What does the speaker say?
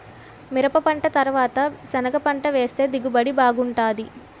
మిరపపంట తరవాత సెనగపంట వేస్తె దిగుబడి బాగుంటాది